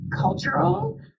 cultural